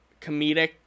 comedic